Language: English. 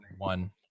one